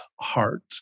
heart